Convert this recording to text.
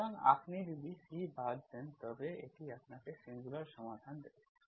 সুতরাং আপনি যদি C বাদ দেন তবে এটি আপনাকে সিঙ্গুলার সমাধান দেবে